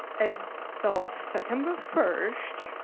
as so of september first,